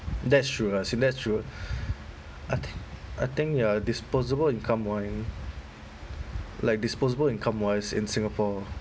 that's true I think that true I think I think ya disposable income wi~ like disposable income wise in singapore